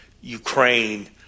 Ukraine